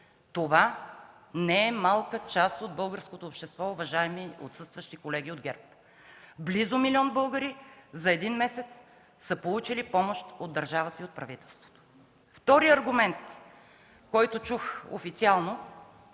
Това не е малка част от българското общество, уважаеми отсъстващи колеги от ГЕРБ. За един месец близо милион българи са получили помощ от държавата и от правителството. Вторият аргумент, който чух официално